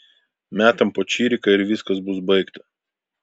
metam po čiriką ir viskas bus baigta